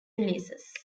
releases